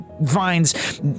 Vines